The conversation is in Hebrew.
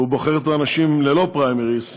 והוא בוחר את האנשים ללא פריימריז,